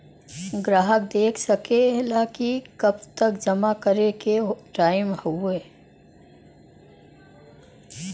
ग्राहक देख सकेला कि कब तक जमा करे के टाइम हौ